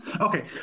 Okay